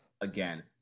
again